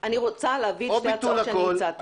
אני רוצה להביא את שתי ההצעות שהצעתי.